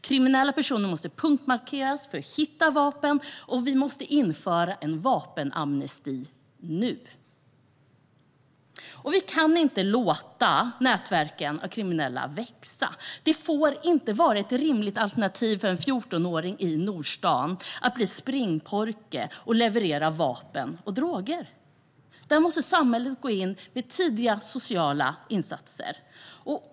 Kriminella personer måste punktmarkeras för att man ska hitta vapen, och vi måste införa en vapenamnesti nu. Vi kan inte låta nätverken av kriminella växa. Det får inte vara ett rimligt alternativ för en 14-åring i Nordstan att bli springpojke och leverera vapen och droger. Där måste samhället gå in med tidiga sociala insatser.